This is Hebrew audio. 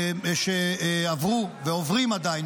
שעברו ועוברים עדיין,